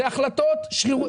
אלה החלטות שרירותיות.